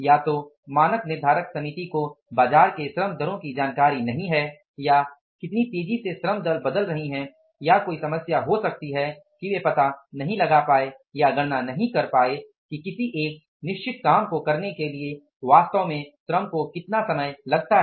या तो मानक निर्धारक समिति को बाजार के श्रम दरों की जानकारी नहीं है या कितनी तेजी से श्रम दर बदल रही है या कोई समस्या हो सकती है कि वे पता नही लगा पाए या यह गणना नहीं कर पाए कि किसी एक निश्चित काम को करने के लिए वास्तव में श्रम को कितना समय लगता है